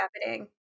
happening